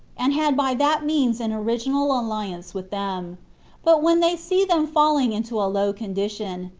and had by that means an original alliance with them but when they see them falling into a low condition,